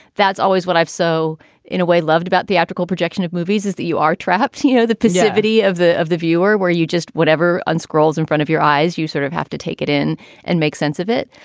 that's always what i've so in a way loved about the astral projection of movies is that you are trapped here, you know the passivity of the of the viewer where you just whatever on scrolls in front of your eyes, you sort of have to take it in and make sense of it.